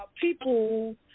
people